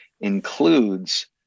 includes